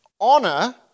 Honor